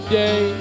day